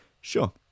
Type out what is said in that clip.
Sure